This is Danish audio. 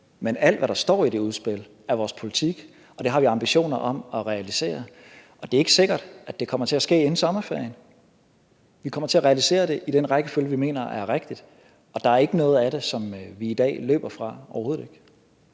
Men alt, hvad der står i det udspil, er vores politik, og det har vi også ambitioner om at realisere. Det er ikke sikkert, at det kommer til at ske inden sommerferien. Vi kommer til at realisere det i den rækkefølge, vi mener er rigtig. Der er ikke noget af det, som vi i dag løber fra, overhovedet ikke.